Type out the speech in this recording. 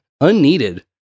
Unneeded